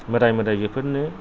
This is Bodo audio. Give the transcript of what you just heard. मोदाय मोदायजोफोरनो